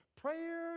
Prayer